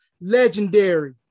legendary